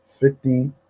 fifty